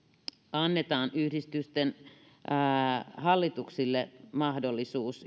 annetaan yhdistysten hallituksille mahdollisuus